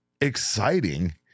exciting